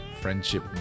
friendship